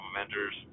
Avengers